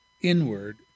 inward